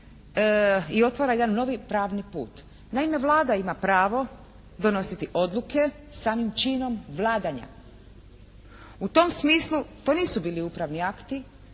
i otvara jedan novi pravni put. Naime, Vlada ima pravo donositi odluke samim činom vladanja. U tom smislu to nisu bili upravni akti